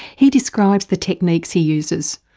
he describes the techniques he uses.